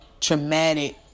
traumatic